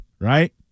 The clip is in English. Right